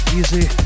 easy